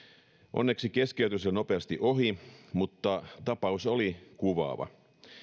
onneksi keskeytys oli nopeasti ohi mutta tapaus oli kuvaava